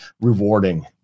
rewarding